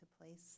place